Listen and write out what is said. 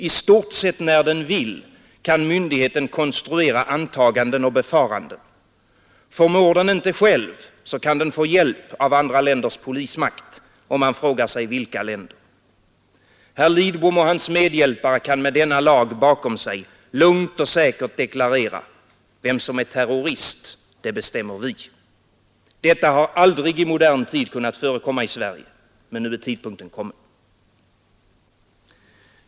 I stort sett när den vill kan myndigheten konstruera antaganden och befaranden. Förmår den inte själv, kan den få hjälp av andra länders polismakt — och man frågar sig vilka länder? Herr Lidbom och hans medhjälpare kan med denna lag bakom sig lugnt och säkert deklarera: vem som är terrorist, det bestämmer vi. Detta har aldrig i modern tid kunnat förekomma i Sverige. Men nu är tidpunkten kommen.